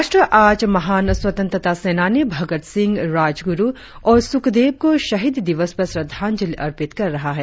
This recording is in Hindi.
राष्ट्र आज महान स्वतंत्रता सेनानी भगत सिंह राजगुरु और सुखदेव को शहीदी दिवस पर श्रद्धांजलि अर्पित कर रहा है